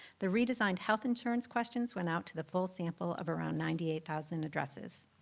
the redesigned health insurance questions went out to the full sample of around ninety eight thousand addresses.